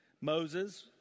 Moses